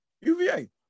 UVA